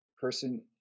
person